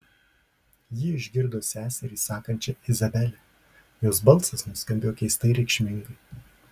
ji išgirdo seserį sakančią izabele jos balsas nuskambėjo keistai reikšmingai